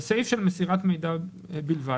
בסעיף על מסירת מידע בלבד,